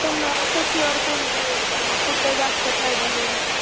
पण सेक्युअर कोणतं कुठं जास्त फायदा होईल